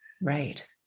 Right